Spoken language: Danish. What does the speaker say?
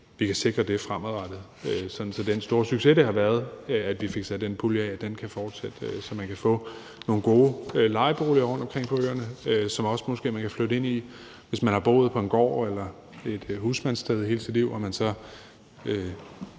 vi kan sikre det fremadrettet, sådan at den store succes, det har været, at vi fik sat den pulje af, kan fortsætte, så man kan få nogle gode lejeboliger rundtomkring på øerne, som man måske også kan flytte ind i. Hvis man har boet på en gård eller et husmandssted hele sit liv og man så